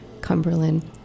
Cumberland